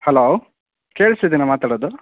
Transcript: hello ಕೇಳಿಸ್ತಿದ್ಯ ನಾನು ಮಾತಾಡೋದು